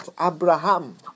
Abraham